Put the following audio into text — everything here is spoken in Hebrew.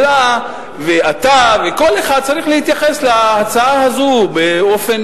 שהממשלה ואתה וכל אחד צריך להתייחס להצעה הזאת באופן